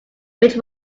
which